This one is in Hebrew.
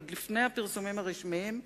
עוד לפני הפרסומים הרשמיים,